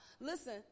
Listen